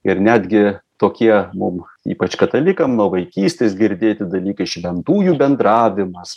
ir netgi tokie mum ypač katalikam nuo vaikystės girdėti dalykai šventųjų bendravimas